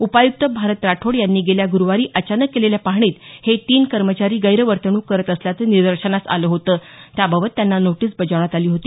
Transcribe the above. उपायुक्त भारत राठोड यांनी गेल्या गुरुवारी अचानक केलेल्या पाहणीत हे तीन कर्मचारी गैरवर्तणूक करत असल्याचं निदर्शनास आलं होतं त्याबाबत त्यांना नोटीस बजावण्यात आली होती